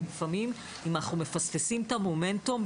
לפעמים אם אנחנו מפספסים את המומנטום,